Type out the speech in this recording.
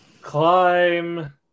climb